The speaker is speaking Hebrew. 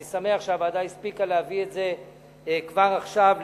אני שמח שהוועדה הספיקה להביא את זה כבר עכשיו,